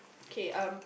kay um